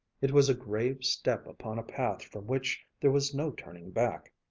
it was a grave step upon a path from which there was no turning back.